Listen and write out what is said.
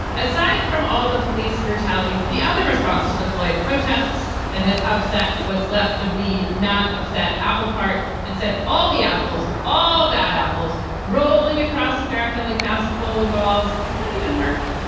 aside from all the police brutality, the other response to the floyd protests that has upset what's left of the nun, upset applecart and said all the apples, all bad apples rolling across america like massive bowling balls. does that even work?